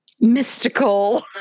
mystical